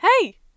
Hey